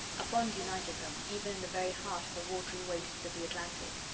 a bond united them, even in the very heart of the watery wastes of the atlantic.